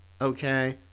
okay